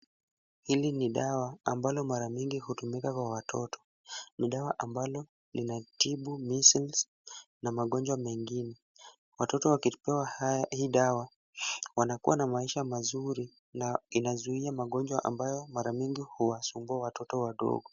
Hili ni dawa ambalo mara mingi utumika kwa watoto ,ni dawa ambalo linatibu measles na magonjwa mengine ,watoto wakipewa hii dawa wanakuwa na maisha mazuri na inazuia magonjwa ambayo mara mingi huwasumbua watoto wadogo.